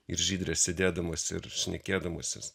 ir žydre sėdėdamas ir šnekėdamasis